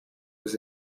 was